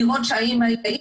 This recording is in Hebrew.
לראות שהאמא ---,